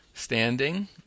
standing